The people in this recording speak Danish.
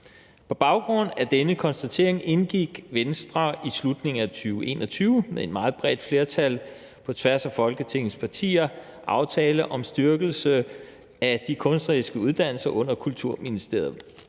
På baggrund af denne konstatering indgik Venstre i slutningen af 2021 sammen med et meget bredt flertal på tværs af Folketingets partier »Aftale om styrkelse af de kunstneriske uddannelser under Kulturministeriet«.